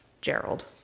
Gerald